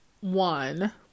one